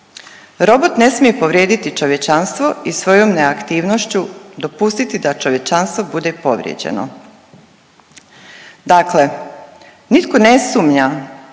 robot ne smije povrijediti čovječanstvo i svojom neaktivnošću dopustiti da čovječanstvo bude povrijeđeno. Dakle, nitko ne sumnja